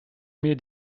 mir